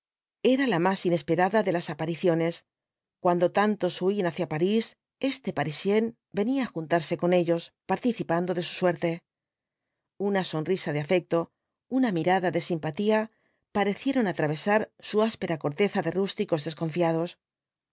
era la más inesperada de las apariciones cuando tantos huían hacia parís este parisién venía á juntarse con ellos participando de su suerte una sonrisa de afecto una mirada de simpatía parecieron atravesar su áspera corteza de rústicos desconfiados